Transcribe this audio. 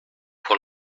pour